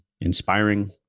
inspiring